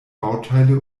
bauteile